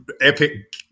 epic